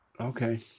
okay